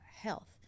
health